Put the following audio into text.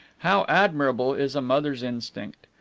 how admirable is a mother's instinct!